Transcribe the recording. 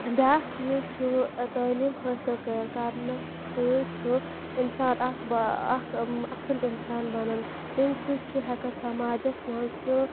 بیٛاکھ چیٖز چھُ تعلیٖم حٲصِل کَرنَس سۭتۍ چھُ اِنسان اَکھ اَکھ اَصٕل اِنسان بَنان تمہِ سۭتۍ چھُ ہیٚکان سماجَس منٛز سُہ